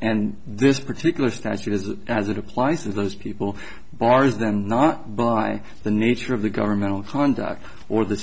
and this particular statute is that as it applies to those people bars them not by the nature of the governmental conduct or the